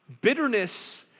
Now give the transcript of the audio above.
Bitterness